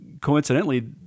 coincidentally